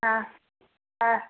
ಹಾಂ ಹಾಂ